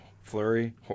Flurry